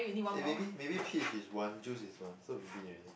eh maybe maybe peach is one juice is one so we win already